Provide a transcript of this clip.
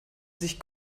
sich